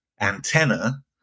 antenna